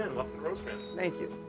rosecrance. thank you.